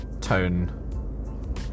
tone